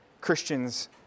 Christians